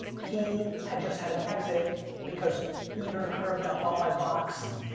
he had just had an exit because eden curb got bought by box.